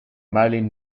marilyn